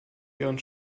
ihren